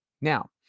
Now